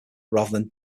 rather